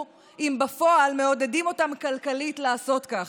אם בפועל מעודדים אותם כלכלית לעשות כך?